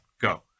go